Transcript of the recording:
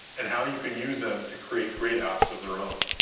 and how you can use them to create great apps of their own.